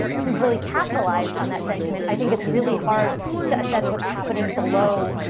and who's really capitalized on that sentiment, i think it's really hard to assess what's happening below,